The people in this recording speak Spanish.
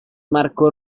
marco